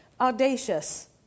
audacious